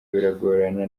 biragorana